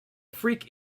freak